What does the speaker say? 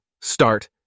Start